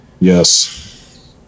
Yes